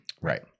right